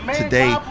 today